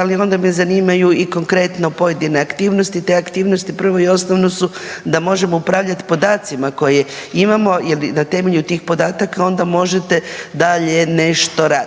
ali onda me zanimaju i konkretno pojedine aktivnosti? Te aktivnosti prvo i osnovno su da možemo upravljati podacima koje imamo jer na temelju tih podataka onda možete dalje nešto raditi.